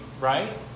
right